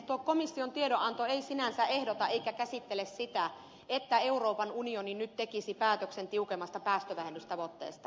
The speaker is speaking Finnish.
tuo komission tiedonanto ei sinänsä ehdota eikä käsittele sitä että euroopan unioni nyt tekisi päätöksen tiukemmasta päästövähennystavoitteesta